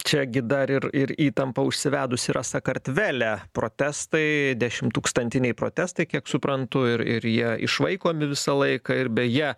čia gi dar ir ir įtampa užsivedus yra sakartvele protestai dešimtūkstantiniai protestai kiek suprantu ir ir jie išvaikomi visą laiką ir beje